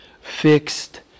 fixed